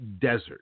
desert